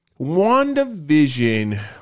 WandaVision